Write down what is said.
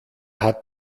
hat